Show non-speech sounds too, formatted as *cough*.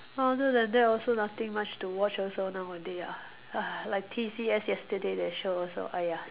until like that also nothing much to watch also nowadays ah *breath* like T_C_S yesterday that show also !aiya!